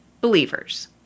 Believers